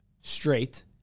straight